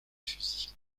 fusils